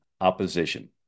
opposition